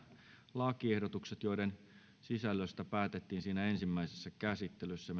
lakiehdotukset joiden sisällöstä päätettiin ensimmäisessä käsittelyssä